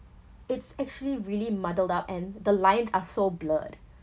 it's actually really muddled up and the lines are so blurred